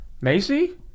Macy